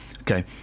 Okay